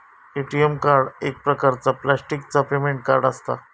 ATM card एक प्रकारचा प्लॅस्टिकचा पेमेंट कार्ड असता